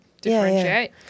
differentiate